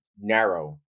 narrow